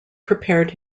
prepared